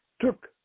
took